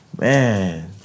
Man